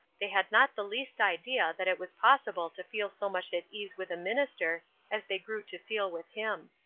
they had not the least idea that it was possible to feel so much at ease with a minister as they grew to feel with him.